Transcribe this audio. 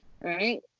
Right